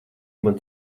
man